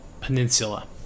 peninsula